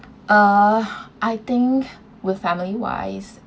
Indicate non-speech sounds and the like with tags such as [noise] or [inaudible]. uh [breath] I think with family wise